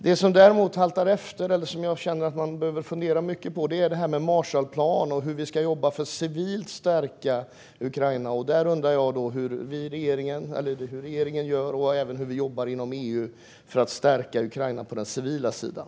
Det som däremot halkar efter och som jag känner att man behöver fundera mycket på är det här med Marshallplan och hur vi ska jobba för att civilt stärka Ukraina. Jag undrar hur regeringen gör och även hur vi jobbar inom EU för att stärka Ukraina på den civila sidan.